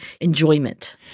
enjoyment